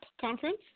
conference